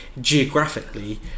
geographically